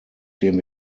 dem